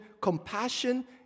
Compassion